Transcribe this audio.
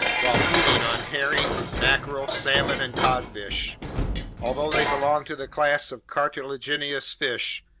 while feeding on herring, mackerel, salmon, and codfish although they belong to the class of cartilaginous fish,